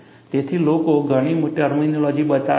તેથી લોકોએ ઘણી ટર્મિનોલોજી બનાવી છે